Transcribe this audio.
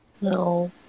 no